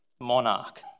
monarch